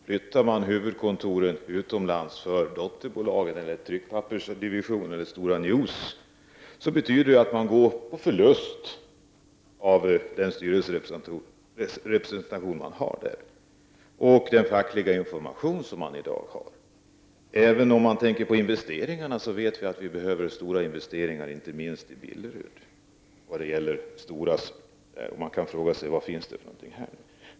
Flyttas huvudkontoren utomlands för dotterbolagen eller för tryckpappersdivisionen Stora News, betyder det en förlust av den styrelserepresentation man nu har och den fackliga information som man i dag får. När det gäller investeringarna vet vi att det behövs stora investeringar i Billerud. Man kan fråga sig vad det finns för något här.